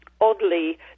oddly